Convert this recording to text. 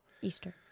Easter